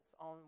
on